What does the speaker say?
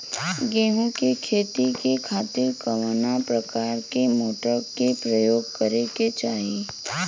गेहूँ के खेती के खातिर कवना प्रकार के मोटर के प्रयोग करे के चाही?